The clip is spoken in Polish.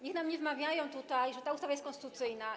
Niech nam nie wmawiają tutaj, że ta ustawa jest konstytucyjna.